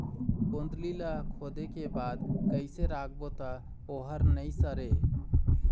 गोंदली ला खोदे के बाद कइसे राखबो त ओहर नई सरे?